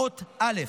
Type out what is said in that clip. האות א'.